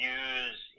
use